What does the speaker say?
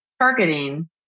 targeting